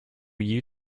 you